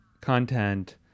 content